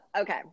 Okay